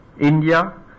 India